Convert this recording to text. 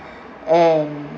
and